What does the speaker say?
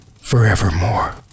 forevermore